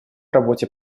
работе